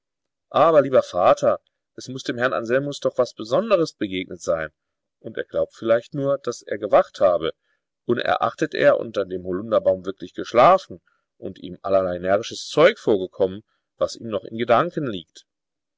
aber lieber vater es muß dem herrn anselmus doch was besonderes begegnet sein und er glaubt vielleicht nur daß er gewacht habe unerachtet er unter dem holunderbaum wirklich geschlafen und ihm allerlei närrisches zeug vorgekommen was ihm noch in gedanken liegt